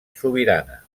sobirana